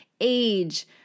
age